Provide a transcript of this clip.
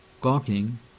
gawking